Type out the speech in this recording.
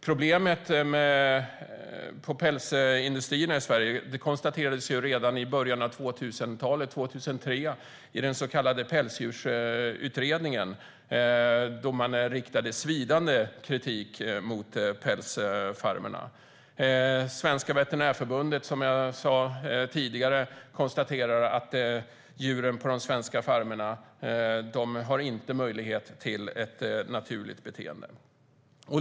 Problemet med pälsindustrin i Sverige konstaterades redan 2003 av Pälsdjursutredningen, som riktade svidande kritik mot pälsfarmerna, och som jag sa tidigare har Sveriges Veterinärförbund konstaterat att djuren på de svenska farmerna inte ges möjlighet till ett naturligt beteende.